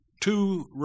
two